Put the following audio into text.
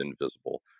invisible